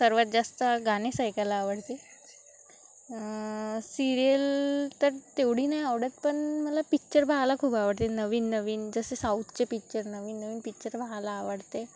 सर्वात जास्त गाणे ऐकायला आवडते सिरियल तर तेवढी नाही आवडत पण मला पिक्चर पाहायला खूप आवडते नवीन नवीन जसे साऊथचे पिक्चर नवीन नवीन पिक्चर पाहायला आवडते